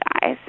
guys